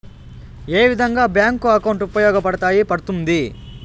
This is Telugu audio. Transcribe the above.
ఏ విధంగా బ్యాంకు అకౌంట్ ఉపయోగపడతాయి పడ్తుంది